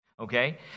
Okay